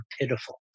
pitiful